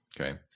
Okay